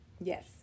Yes